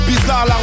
Bizarre